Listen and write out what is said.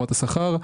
שכר,